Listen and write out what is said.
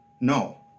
No